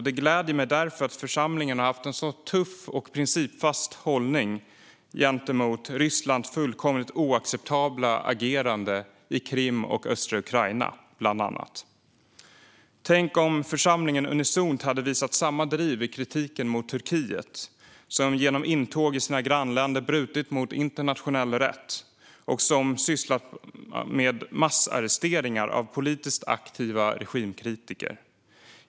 Det gläder mig därför att församlingen har haft en så tuff och principfast hållning gentemot Rysslands fullkomligt oacceptabla agerande, bland annat i Krim och i östra Ukraina. Tänk om församlingen unisont hade visat samma driv i kritiken mot Turkiet, som genom intåg i sina grannländer har brutit mot internationell rätt och sysslat med massarresteringar av politiskt aktiva regimkritiker.